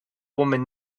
woman